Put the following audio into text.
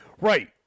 Right